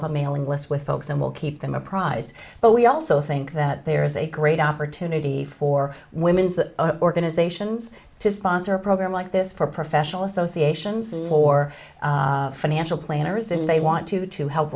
develop a mailing list with folks and we'll keep them apprised but we also think that there is a great opportunity for women's organizations to sponsor a program like this for professional associations for financial planners and they want to to help